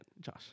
Josh